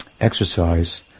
exercise